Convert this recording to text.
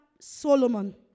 Solomon